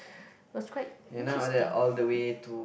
was quite interesting